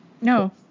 No